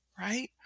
right